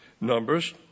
Numbers